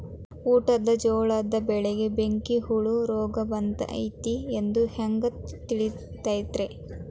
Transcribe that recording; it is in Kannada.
ಊಟದ ಜೋಳದ ಬೆಳೆಗೆ ಬೆಂಕಿ ಹುಳ ರೋಗ ಬಂದೈತಿ ಎಂದು ಹ್ಯಾಂಗ ತಿಳಿತೈತರೇ?